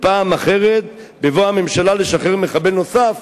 ופעם אחת בבוא ממשלה לשחרר מחבל נוסף